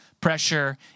pressure